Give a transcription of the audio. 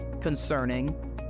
concerning